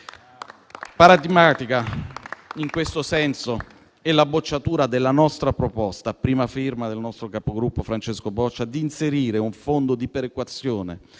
Paradigmatica in questo senso è la bocciatura della nostra proposta, a prima firma del nostro capogruppo Francesco Boccia, di inserire un fondo di perequazione